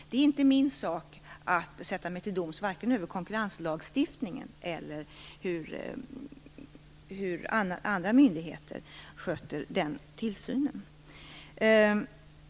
Det är inte min sak att sätta mig till doms vare sig över konkurrenslagstiftningen eller över hur andra myndigheter sköter den tillsynen.